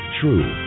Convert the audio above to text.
true